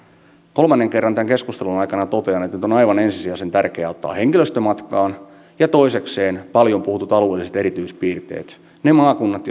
kolmannen kerran tämän keskustelun aikana totean että nyt on aivan ensisijaisen tärkeää ottaa matkaan henkilöstö ja toisekseen paljon puhutut alueelliset erityispiirteet ne maakunnat